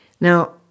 Now